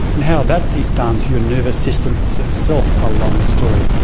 and how that is done through your nervous system is itself a long story.